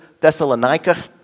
Thessalonica